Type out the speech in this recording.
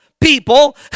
people